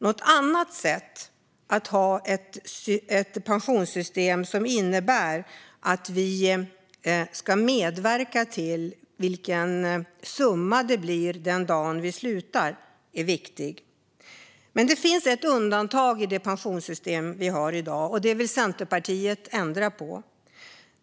Det är ett pensionssystem som innebär att vi ska medverka till vilken summa det blir den dag då vi slutar, vilket är viktigt. Det finns dock ett undantag från detta i dagens pensionssystem som vi i Centerpartiet vill ändra på.